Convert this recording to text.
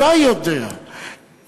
אתה יודע כמה,